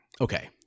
okay